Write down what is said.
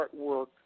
artwork